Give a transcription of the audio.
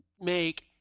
make